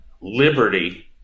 liberty